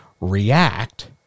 react